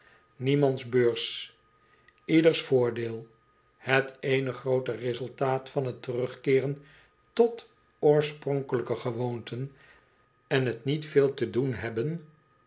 niemands beurs ieders voordeel het eene groote resultaat van t terugkeeren tot oorspronkelijke gewoonten en het niet veel te doen hebben